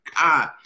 God